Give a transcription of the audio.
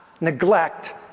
neglect